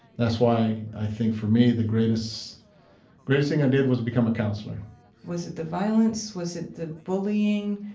that's why i think, for me, the greatest greatest thing i did was become a counselor was it the violence? was it the bullying?